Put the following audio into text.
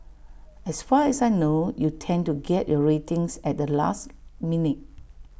as far as I know you tend to get your ratings at the last minute